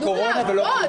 לא קורונה ולא כלום,